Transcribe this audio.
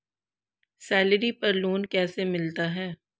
Salary पर loan कैसे मिलता है?